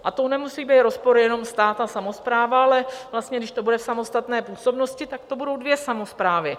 A to nemusí být rozpor jenom stát a samospráva, ale vlastně když to bude v samostatné působnosti, tak to budou dvě samosprávy.